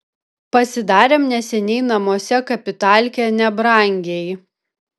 pasidarėm neseniai namuose kapitalkę nebrangiai